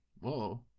Whoa